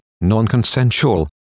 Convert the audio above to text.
non-consensual